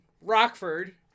Rockford